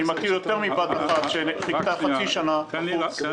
אני מכיר יותר מבת אחת שחיכתה חצי שנה בחוץ.